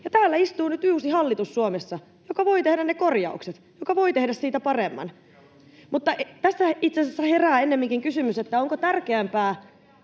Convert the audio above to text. istuu nyt uusi hallitus, joka voi tehdä ne korjaukset, joka voi tehdä siitä paremman. Mutta tästähän itse asiassa herää ennemminkin kysymys, onko tärkeämpää